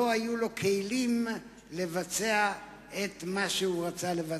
לא היו לו כלים לבצע את מה שהוא רצה לבצע.